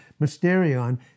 mysterion